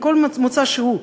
מכל מוצא שהוא,